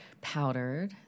Powdered